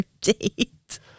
date